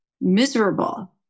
miserable